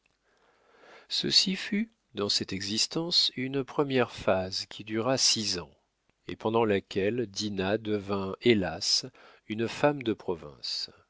ceci fut dans cette existence une première phase qui dura six ans et pendant laquelle dinah devint hélas une femme de province